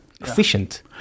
efficient